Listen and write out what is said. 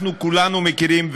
אנחנו כולנו מכירים,